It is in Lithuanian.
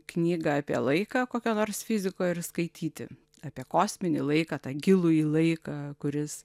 knygą apie laiką kokio nors fiziko ir skaityti apie kosminį laiką tą gilųjį laiką kuris